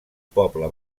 poble